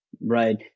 right